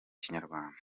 kinyarwanda